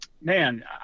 man